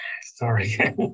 sorry